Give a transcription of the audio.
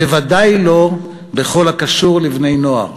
בוודאי לא בכל הקשור בבני-הנוער.